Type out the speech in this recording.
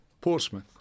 Portsmouth